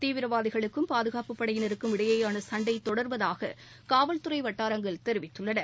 தீவிரவாதிகளுக்கும் பாதுகாப்புப் படையினருக்கும் இடையேயான சண்டை தொடர்வதாக காவல்துறை வட்டாரங்கள் தெரிவித்துள்ளன